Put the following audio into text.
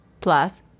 plus